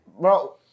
Bro